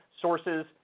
sources